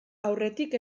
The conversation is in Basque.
aurretik